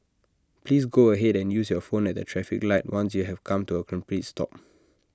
please go ahead and use your phone at the traffic light once you have come to A complete stop